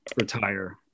retire